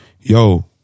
yo